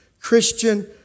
Christian